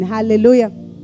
Hallelujah